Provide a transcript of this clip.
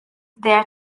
there